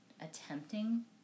attempting